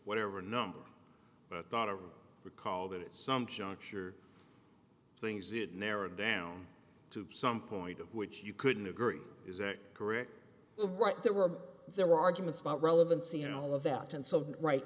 whatever number i thought of recall that some juncture things it narrowed down to some point of which you couldn't agree is a correct oh right there were there were arguments about relevancy and all of that and some right